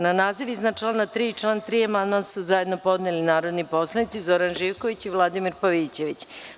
Na naziv iznad člana 3. i član 3. amandman su zajedno podneli narodni poslanici Zoran Živković i Vladimir Pavićević.